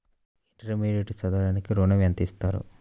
Intermediate చదవడానికి ఋణం ఎంత ఇస్తారు?